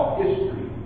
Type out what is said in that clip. history